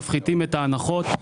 מפחיתים את ההנחות.